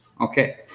okay